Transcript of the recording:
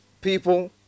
people